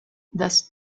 das